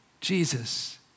Jesus